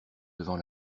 devant